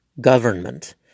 government